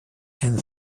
and